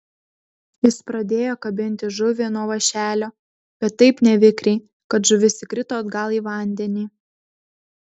jis pradėjo kabinti žuvį nuo vąšelio bet taip nevikriai kad žuvis įkrito atgal į vandenį